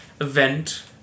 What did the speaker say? event